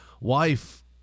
wife